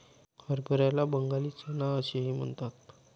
हरभऱ्याला बंगाली चना असेही म्हणतात